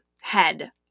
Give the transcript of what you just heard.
head